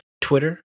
Twitter